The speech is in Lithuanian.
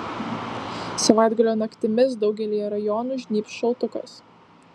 savaitgalio naktimis daugelyje rajonų žnybs šaltukas